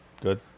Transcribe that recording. Good